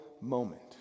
moment